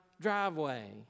driveway